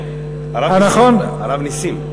נכון, הרב נסים.